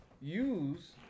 use